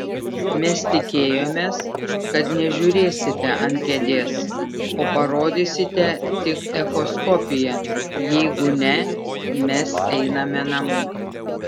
mes tikėjomės kad nežiūrėsite ant kėdės o padarysite tik echoskopiją jeigu ne mes einame namo